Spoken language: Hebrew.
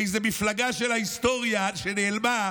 איזו מפלגה של ההיסטוריה שנעלמה,